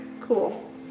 Cool